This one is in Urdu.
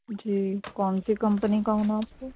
جی کونسی کمپنی کا ہونا آپ کو